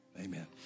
Amen